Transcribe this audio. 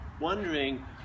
wondering